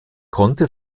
konnte